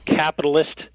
capitalist